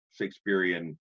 shakespearean